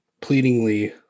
pleadingly